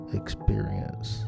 experience